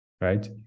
right